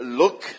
look